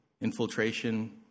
infiltration